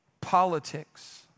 politics